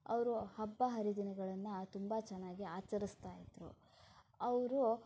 ಅವರು ಹಬ್ಬ ಹರಿದಿನಗಳನ್ನು ತುಂಬ ಚೆನ್ನಾಗಿ ಆಚರಿಸ್ತಾ ಇದ್ದರು ಅವರು